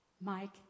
Mike